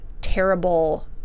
terrible